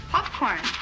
Popcorn